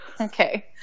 Okay